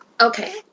Okay